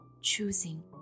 choosing